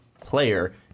player